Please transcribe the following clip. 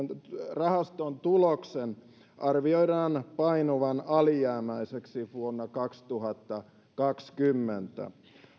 tuloksen arvioidaan painuvan alijäämäiseksi vuonna kaksituhattakaksikymmentä